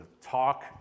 talk